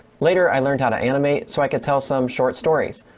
later i learned how to animate so i could tell some short stories,